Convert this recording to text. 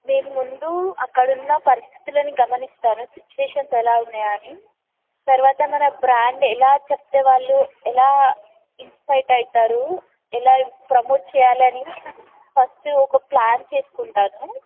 నేను ముందు అక్కడ ఉన్న పరిస్థితులని గమనిస్తాను సిచ్యుయేషన్స్ ఎలా ఉన్నాయా అని తర్వాత మన బ్రాండ్ ఎలా చెప్తే వాళ్ళు ఎలా ఇన్స్పైర్ అవుతారు ఎలా ప్రమోట్ చేయాలని ఫస్ట్ ఒక ప్లాన్ చేసుకుంటాను